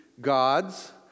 God's